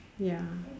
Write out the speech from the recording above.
ya